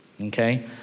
Okay